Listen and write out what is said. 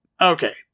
Okay